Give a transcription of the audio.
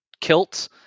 kilts